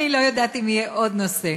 אני לא יודעת אם יהיה עוד נושא.